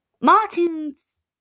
Martin's